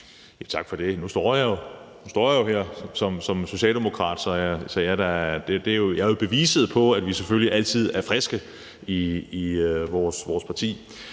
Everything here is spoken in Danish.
jeg her jo. Nu står jeg jo her som socialdemokrat; jeg er jo beviset på, at vi selvfølgelig altid er friske i vores parti.